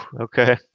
Okay